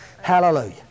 hallelujah